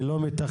כי לא מתכננים,